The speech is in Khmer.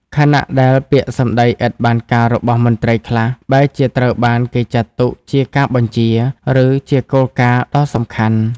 ខណៈដែលពាក្យសម្ដីឥតបានការរបស់មន្ត្រីខ្លះ បែរជាត្រូវបានគេចាត់ទុកជាការបញ្ជា ឬជាគោលការណ៍ដ៏សំខាន់។